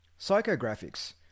Psychographics